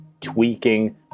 tweaking